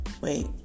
wait